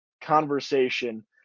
conversation